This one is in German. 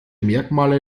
merkmale